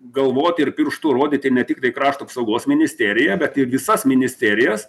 galvoti ir pirštu rodyt į ne tiktai krašto apsaugos ministeriją bet ir visas ministerijas